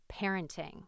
parenting